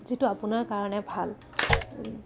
যিটো আপোনাৰ কাৰণে ভাল